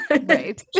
Right